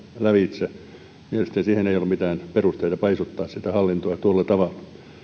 lävitse mielestäni ei ollut mitään perusteita paisuttaa sitä hallintoa tuolla tavalla